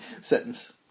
sentence